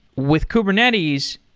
with kubernetes,